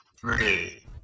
three